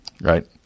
right